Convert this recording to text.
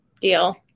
deal